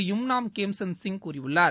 யும்நாம் கேம்சந்த் சிங் கூறியுள்ளார்